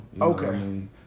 Okay